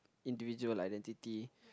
individual identity